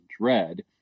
dread